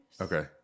okay